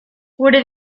gure